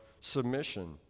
submission